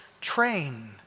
train